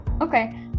Okay